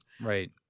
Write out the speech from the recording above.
Right